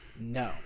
no